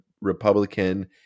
republican